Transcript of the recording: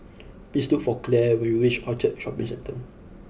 please look for Claire when you reach Orchard Shopping Centre